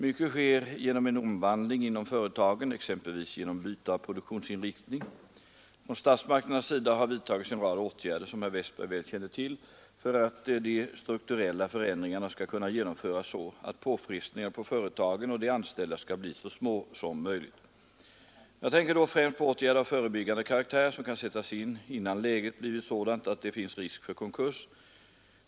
Mycket sker genom en omvandling inom företagen, exempelvis genom byte av produktionsinriktning. Från statsmakternas sida har vidtagits en rad åtgärder, som herr Westberg väl känner till, för att de strukturella förändringarna skall kunna genomföras så att påfrestningarna på företagen och de anställda skall bli så små som möjligt. Jag tänker då främst på åtgärder av förebyggande karaktär, som kan sättas in innan läget blivit sådant att det finns risk för konkurs.